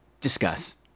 Discuss